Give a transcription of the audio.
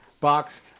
box